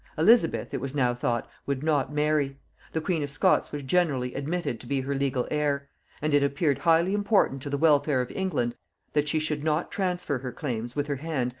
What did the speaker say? elizabeth, it was now thought, would not marry the queen of scots was generally admitted to be her legal heir and it appeared highly important to the welfare of england that she should not transfer her claims, with her hand,